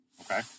okay